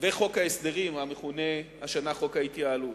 וחוק ההסדרים, המכונה השנה חוק ההתייעלות.